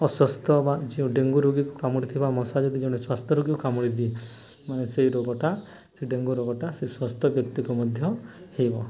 ଅସ୍ୱସ୍ଥ ବା ଯେଉଁ ଡେଙ୍ଗୁ ରୋଗୀକୁ କାମୁଡ଼ିୁଥିବା ମଶା ଯଦି ଜଣେ ସ୍ୱାସ୍ଥ୍ୟ ରୋଗୀକୁ କାମୁଡ଼ିଦିଏ ମାନେ ସେଇ ରୋଗଟା ସେ ଡେଙ୍ଗୁ ରୋଗଟା ସେ ସ୍ୱାସ୍ଥ ବ୍ୟକ୍ତିକୁ ମଧ୍ୟ ହେବ